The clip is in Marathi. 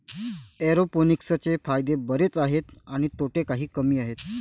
एरोपोनिक्सचे फायदे बरेच आहेत आणि तोटे काही कमी आहेत